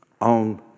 on